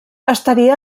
estaria